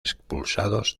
expulsados